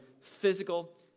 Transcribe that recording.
physical